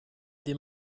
des